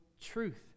truth